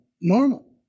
normal